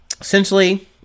essentially